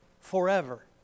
forever